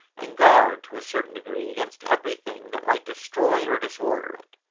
and guard, to a certain degree, against everything that might destroy or disorder it.